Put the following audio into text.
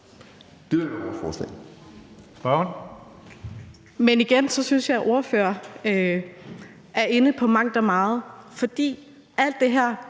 Det vil være vores forslag.